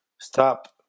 stop